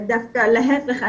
דווקא להיפך,